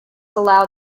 allow